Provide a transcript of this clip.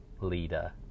leader